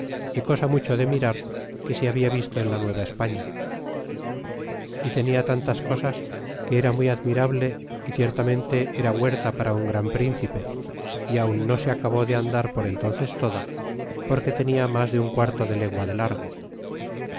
y cosa mucho de mirar que se habia visto en la nueva españa y tenia tantas cosas que era muy admirable y ciertamente era huerta para un gran príncipe y aun no se acabó de andar por entences toda porque tenia mas de un quarto de legua de largo